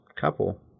couple